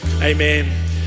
Amen